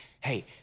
hey